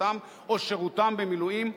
מפלגתם או שירותם במילואים,